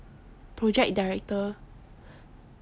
project director